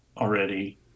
already